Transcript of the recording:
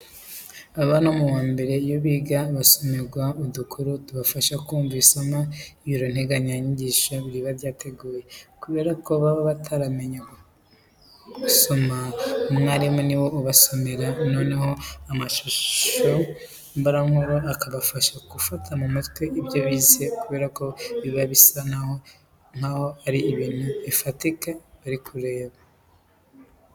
Abana bo mu wa mbere iyo biga, basomerwa udukuru tubafasha kumva isomo ibiro nteganyanyigisho riba ryarateguye. Kubera ko baba bataramenya gusoma, umwarimu ni we ubasomera. Noneho ya mashusho mbarankuru akabafasha gufata mu mutwe ibyo bize kubera ko biba bisa noneho nkaho ari abintu bifatika bari kureba.